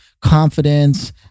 confidence